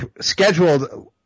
scheduled